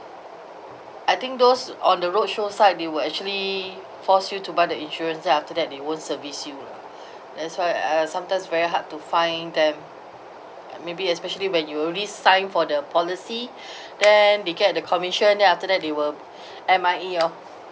I think those on the roadshow side they will actually force you to buy the insurance then after that they won't service you lah that's why I I sometimes very hard to find them maybe especially when you already sign for the policy then they get the commission then after that they will M_I_A lor